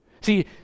See